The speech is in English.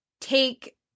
take